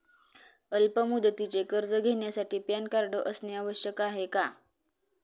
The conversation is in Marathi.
अल्प मुदतीचे कर्ज घेण्यासाठी पॅन कार्ड असणे आवश्यक आहे का?